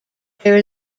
there